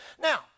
Now